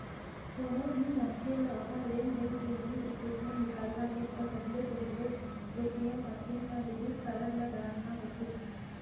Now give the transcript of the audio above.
कोनो भी मनखे ल अपन लेनदेन के मिनी स्टेटमेंट निकालना हे त सबले पहिली ए.टी.एम मसीन म डेबिट कारड ल डालना होथे